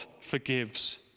forgives